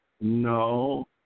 No